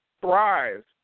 thrives